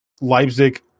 Leipzig